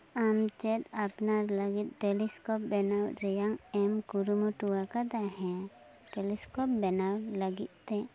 ᱟᱢ ᱪᱮᱫ ᱟᱯᱱᱟᱨ ᱞᱟᱹᱜᱤᱫ ᱴᱮᱞᱤᱥᱠᱳᱯ ᱵᱮᱱᱟᱣ ᱨᱮᱭᱟᱜ ᱮᱢ ᱠᱩᱨᱩᱢᱩᱴᱩ ᱟᱠᱟᱫᱟ ᱦᱮᱸ ᱴᱮᱞᱤᱥᱠᱳᱯ ᱵᱮᱱᱟᱣ ᱞᱟᱹᱜᱤᱫ ᱛᱮ